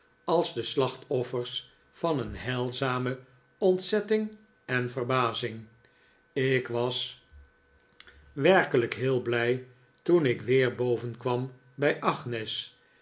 als de slachtoffers van een heilzame ontzetting en verbazing ik was werkelijk heel blij toen ik weer boven kwam bij agnes